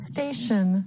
Station